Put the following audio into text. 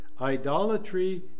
idolatry